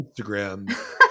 Instagram